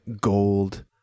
gold